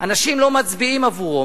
אנשים לא מצביעים עבורו,